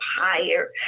higher